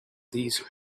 these